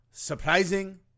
Surprising